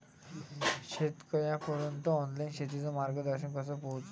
शेतकर्याइपर्यंत ऑनलाईन शेतीचं मार्गदर्शन कस पोहोचन?